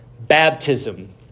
baptism